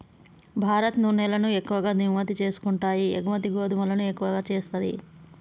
భారత్ నూనెలను ఎక్కువ దిగుమతి చేసుకుంటాయి ఎగుమతి గోధుమలను ఎక్కువ చేస్తది